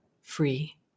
free